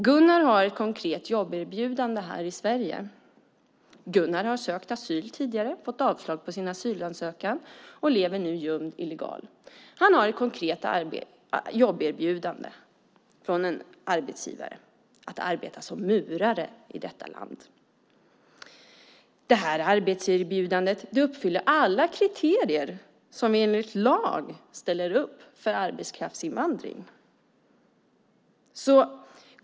Gunnar har ett konkret jobberbjudande i Sverige. Gunnar har tidigare sökt asyl och fått avslag på sin asylansökan. Han lever nu som en gömd illegal person. Han har ett konkret jobberbjudande från en arbetsgivare att arbeta som murare i detta land. Arbetserbjudandet uppfyller alla kriterier som vi enligt lag ställer upp för arbetskraftsinvandring.